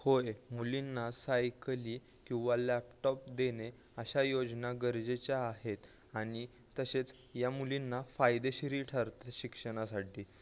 होय मुलींना सायकली किंवा लॅपटॉप देणे अशा योजना गरजेच्या आहेत आणि तसेच या मुलींना फायदेशीरही ठरतं शिक्षणासाठी